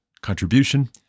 contribution